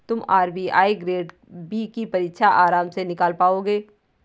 तुम RBI grade B की परीक्षा आराम से निकाल पाओगे